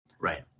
Right